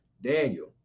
Daniel